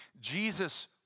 Jesus